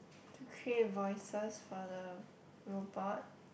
to create voices for the robot